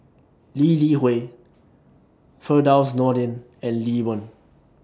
Lee Li Hui Firdaus Nordin and Lee Wen